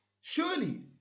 surely